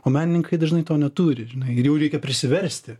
o menininkai dažnai to neturi žinai ir jau reikia prisiversti